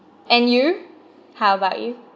and you how about you